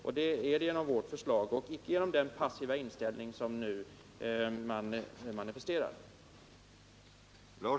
Det blir den genom vårt förslag men icke genom den passiva inställning som man nu manifesterar.